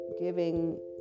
giving